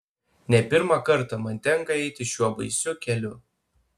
ne pirmą kartą man tenka eiti šiuo baisiu keliu